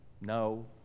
No